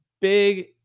big